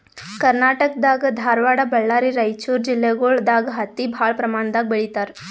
ಕರ್ನಾಟಕ್ ದಾಗ್ ಧಾರವಾಡ್ ಬಳ್ಳಾರಿ ರೈಚೂರ್ ಜಿಲ್ಲೆಗೊಳ್ ದಾಗ್ ಹತ್ತಿ ಭಾಳ್ ಪ್ರಮಾಣ್ ದಾಗ್ ಬೆಳೀತಾರ್